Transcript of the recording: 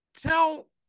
tell